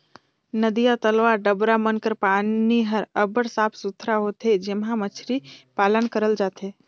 नदिया, तलवा, डबरा मन कर पानी हर अब्बड़ साफ सुथरा होथे जेम्हां मछरी पालन करल जाथे